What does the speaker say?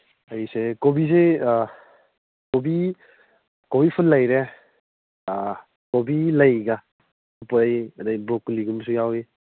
ꯑꯩꯁꯦ ꯀꯣꯕꯤꯁꯦ ꯀꯣꯕꯤ ꯀꯣꯕꯤ ꯐꯨꯟ ꯂꯩꯔꯦ ꯀꯣꯕꯤ ꯂꯩꯒ ꯄꯨꯔꯛꯏ ꯑꯗꯒꯤ ꯕ꯭ꯔꯣꯀꯂꯤꯒꯨꯝꯕꯁꯨ ꯌꯥꯎꯋꯤ